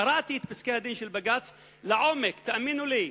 קראתי את פסקי-הדין של בג"ץ לעומק, תאמינו לי.